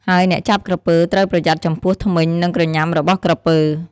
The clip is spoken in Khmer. ហើយអ្នកចាប់ក្រពើត្រូវប្រយ័ត្នចំពោះធ្មេញ និងក្រញ៉ាំរបស់ក្រពើ។